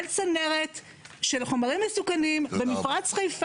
לא צפת, לא טבריה,